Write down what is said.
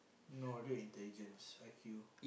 no don't have intelligence I_Q